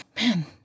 Man